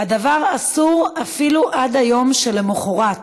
הדבר אסור אפילו עד היום שלמחרת,